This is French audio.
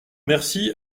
merci